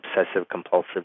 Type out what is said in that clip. obsessive-compulsive